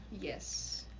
Yes